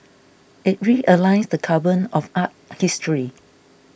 it realigns the canon of art history